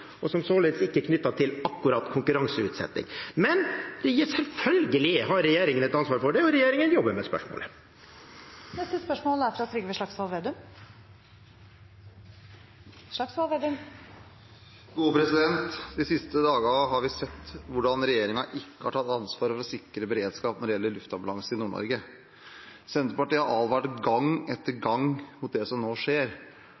og som således ikke er knyttet til akkurat konkurranseutsetting. Men selvfølgelig har regjeringen et ansvar for det, og regjeringen jobber med spørsmålet. Trygve Slagsvold Vedum – til oppfølgingsspørsmål. De siste dagene har vi sett hvordan regjeringen ikke har tatt ansvar for å sikre beredskap når det gjelder luftambulanse i Nord-Norge. Senterpartiet har gang etter gang advart mot det som nå skjer,